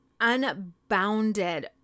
unbounded